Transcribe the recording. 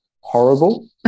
horrible